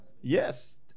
yes